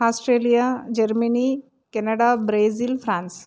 Australia Germany Canada Brazil France